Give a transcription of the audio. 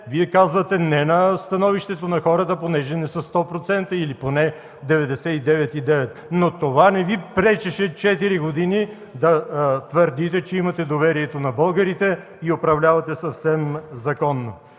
Вие казвате „не” на становището на хората, тъй като не са 100 процента или поне 99,9, но това не Ви пречеше четири години да твърдите, че имате доверието на българите и да управлявате съвсем законно.